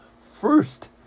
first